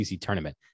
tournament